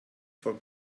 vom